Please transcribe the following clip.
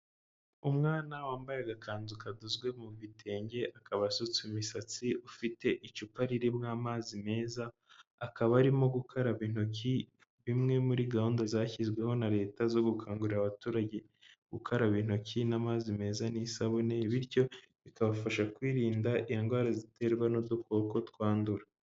Umwana wambaye agakanzu kadozwe mu bi bitenge, akaba asutse imisatsi, ufite icupa ririmo amazi meza, akaba arimo gukaraba intoki, imwe muri gahunda zashyizweho na leta zo gukangurira abaturage gukaraba intoki n'amazi meza n'isabune, bityo bikabafasha kwirinda indwara ziterwa n'udukoko twandura.